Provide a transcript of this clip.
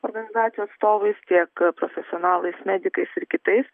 organizacijų atstovais tiek profesionalais medikais ir kitais